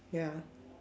ya